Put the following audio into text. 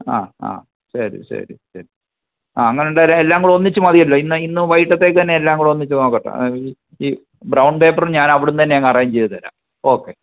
ആ ആ ശരി ശരി ശരി ആ അങ്ങനെന്തായാലും എല്ലാംകൂടി ഒന്നിച്ച് മതിയല്ലോ ഇന്ന് ഇന്ന് വൈകീട്ടത്തേക്ക് തന്നെ എല്ലാം കൂടി ഒന്നിച്ച് നോക്കട്ട് ഈ ഈ ബ്രൗൺ പേപ്പർ ഞാൻ അവിടുന്ന് തന്നെ അങ്ങ് അറേഞ്ചു ചെയ്ത തരാം ഓക്കെ